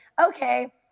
okay